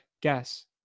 Guess